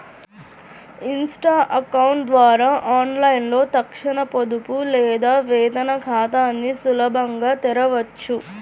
Insta account ద్వారా ఆన్లైన్లో తక్షణ పొదుపు లేదా వేతన ఖాతాని సులభంగా తెరవొచ్చు